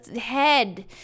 head